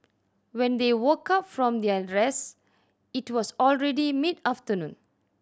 when they woke up from their rest it was already mid afternoon